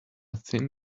thin